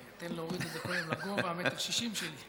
תן להוריד את זה קודם לגובה 1.60 מטר שלי.